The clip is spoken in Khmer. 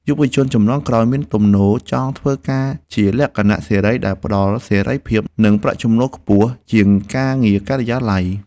យុវជនជំនាន់ក្រោយមានទំនោរចង់ធ្វើការជាលក្ខណៈសេរីដែលផ្តល់សេរីភាព និងប្រាក់ចំណូលខ្ពស់ជាងការងារការិយាល័យ។